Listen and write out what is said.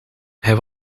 hij